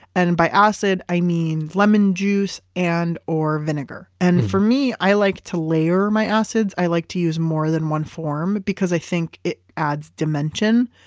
and by acid i mean lemon juice and or vinegar. and for me, i like to layer my acids. i like to use more than one form because i think it adds dimension.